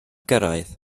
gyrraedd